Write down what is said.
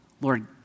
Lord